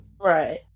Right